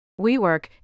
WeWork